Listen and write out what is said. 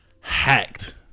hacked